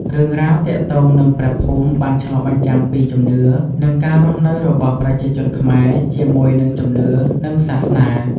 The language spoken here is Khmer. រឿងរ៉ាវទាក់ទងនឹងព្រះភូមិបានឆ្លុះបញ្ចាំងពីជំនឿ និងការរស់នៅរបស់ប្រជាជនខ្មែរជាមួយនឹងជំនឿនិងសាសនា។